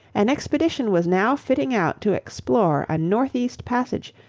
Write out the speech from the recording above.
an expedition was now fitting out to explore a north-east passage,